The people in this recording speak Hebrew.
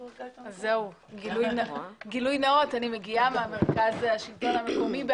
גילוי נאות, בעברי הייתי במרכז השלטון המקומי.